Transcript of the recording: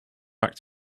act